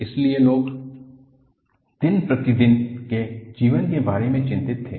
इसलिए लोग दिन प्रतिदिन के जीवन के बारे में चिंतित थे